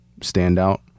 standout